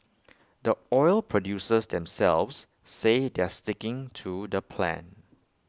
the oil producers themselves say they're sticking to the plan